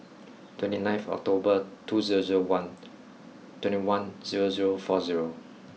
twenty ninth October two zero zero one twenty one zero zero four zero